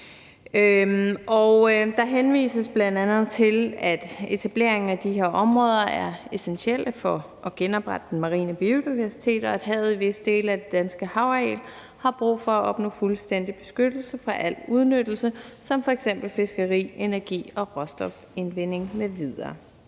der henvises bl.a. til, at etableringen af de her områder er essentiel for at genoprette den marine biodiversitet, og at havet i visse dele af det danske havareal har brug for at opnå fuldstændig beskyttelse mod al udnyttelse som f.eks. fiskeri, råstofindvinding m.v.